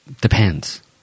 Depends